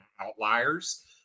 outliers